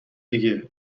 دیگه